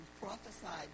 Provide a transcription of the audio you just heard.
prophesied